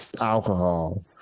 alcohol